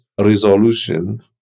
resolution